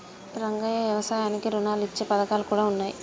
రంగయ్య యవసాయానికి రుణాలు ఇచ్చే పథకాలు కూడా ఉన్నాయి